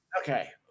Okay